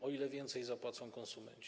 O ile więcej zapłacą konsumenci?